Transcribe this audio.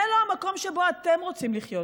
זה לא המקום שבו אתם רוצים לחיות.